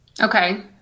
Okay